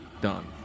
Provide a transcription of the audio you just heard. done